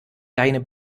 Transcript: deine